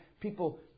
People